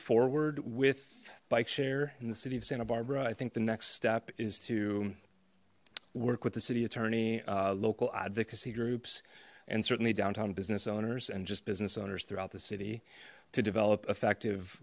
forward with bike share in the city of santa barbara i think the next step is to work with the city attorney local advocacy groups and certainly downtown business owners and just business owners throughout the city to develop effective